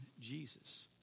Jesus